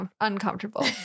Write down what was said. uncomfortable